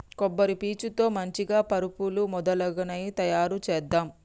కొబ్బరి పీచు తో మంచిగ పరుపులు మొదలగునవి తాయారు చేద్దాం